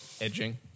Edging